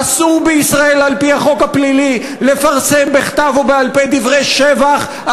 אסור בישראל על-פי החוק הפלילי לפרסם בכתב או בעל-פה דברי שבח,